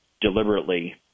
deliberately